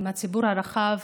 עם הציבור הרחב,